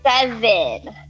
Seven